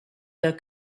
der